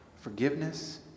forgiveness